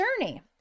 journey